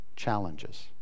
challenges